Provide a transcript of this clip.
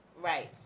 Right